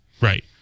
Right